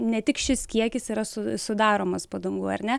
ne tik šis kiekis yra su sudaromas padangų ar ne